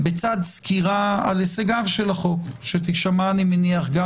לצד סקירה על הישגיו של החוק שאני מניח שתישמע